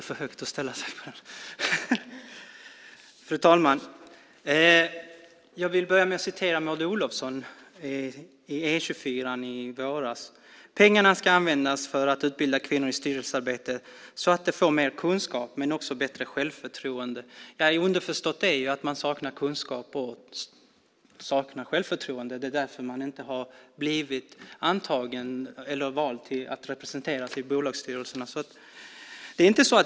Fru talman! Jag vill börja med att citera något som Maud Olofsson sade i E 24 i våras: "Pengarna ska användas för att utbilda kvinnor i styrelsearbete och så att de får mer kunskap, men också ett bättre självförtroende." Underförstått är att de saknar kunskap och självförtroende och att det är därför de inte har blivit valda att representeras i bolagsstyrelserna.